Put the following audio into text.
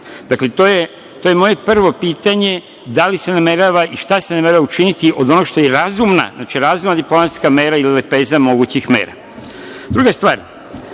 to je moje prvo pitanje – da li se namerava i šta se namerava učiniti od onog što je razumna diplomatska mera ili lepeza mogućih